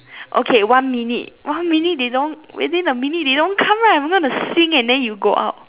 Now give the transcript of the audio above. okay one minute one minute within a minute they don't come right I'm going to sing and then you go out